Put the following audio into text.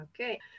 okay